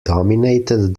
dominated